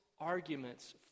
arguments